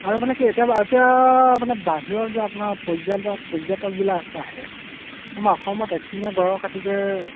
আৰু মানে কি এতিয়া এতিয়া মানে বাহিৰৰ যে আপোনাৰ পৰ্যটক পৰ্যটকবিলাক আহে আমাৰ অসমত এশিঙীয়া গঁড়ৰ খাতিৰত